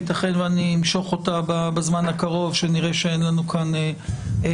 ייתכן ואני אמשוך אותה בזמן הקרוב כשנראה שאין לנו כאן בעיה.